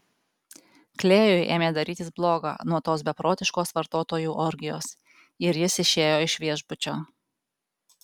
klėjui ėmė darytis bloga nuo tos beprotiškos vartotojų orgijos ir jis išėjo iš viešbučio